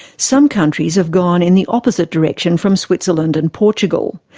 some countries have gone in the opposite direction from switzerland and portugal.